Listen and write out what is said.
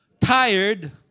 tired